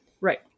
Right